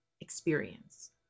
experience